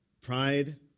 pride